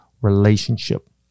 relationship